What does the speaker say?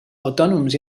autònoms